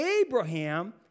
Abraham